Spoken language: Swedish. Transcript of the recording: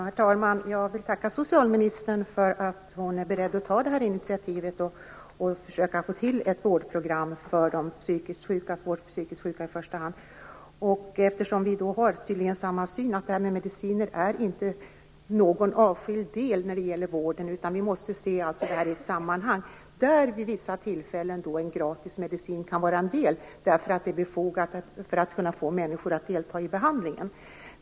Herr talman! Jag vill tacka socialministern för att hon är beredd att ta detta initiativ och försöka ta fram ett vårdprogram för i första hand de svårt psykiskt sjuka. Vi har tydligen samma syn på att frågan om mediciner inte är någon avskild del i vården utan att vi måste se detta i ett sammanhang och att gratis medicin i vissa fall kan vara en del därför att det är befogat för att få människor att delta i behandlingen.